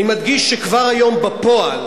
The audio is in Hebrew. אני מדגיש שכבר היום בפועל